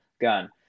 gun